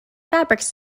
fabrics